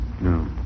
No